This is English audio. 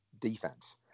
defense